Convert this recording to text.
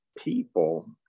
People